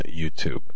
YouTube